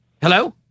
Hello